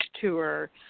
tour